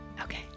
Okay